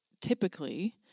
typically